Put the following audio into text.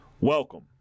Welcome